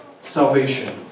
salvation